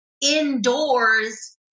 indoors